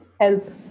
help